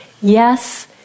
yes